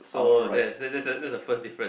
so that is that that that is the first difference